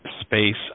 space